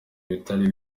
ibitari